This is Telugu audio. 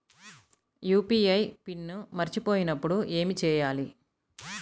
యూ.పీ.ఐ పిన్ మరచిపోయినప్పుడు ఏమి చేయాలి?